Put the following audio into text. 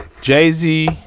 Jay-Z